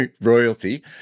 royalty